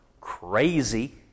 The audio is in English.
crazy